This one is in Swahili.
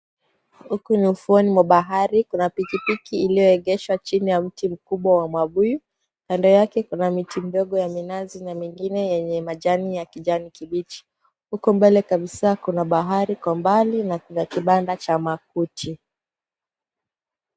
Huku ni ufuoni mwa bahari. Kuna pikipiki iliyoegeshwa chini ya mti mkubwa wa mabuyu. Kando yake kuna miti ndogo ya minazi na mengine yenye majani ya kijani kibichi. Huko mbele kabisa kuna bahari kwa mbali na kuna kibanda cha makuti.